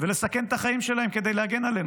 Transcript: ולסכן את החיים שלהם כדי להגן עלינו.